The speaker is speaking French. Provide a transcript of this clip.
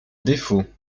défaut